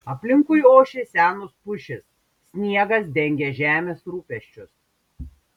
aplinkui ošė senos pušys sniegas dengė žemės rūpesčius